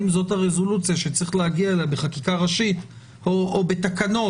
האם זאת הרזולוציה שצריך להגיע אליה בחקיקה ראשית או בתקנות,